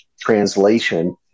translation